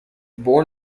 born